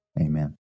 Amen